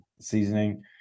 seasoning